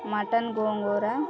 mutton గోంగూర